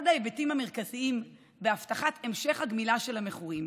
אחד ההיבטים המרכזיים בהבטחת המשך הגמילה של המכורים